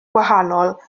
gwahanol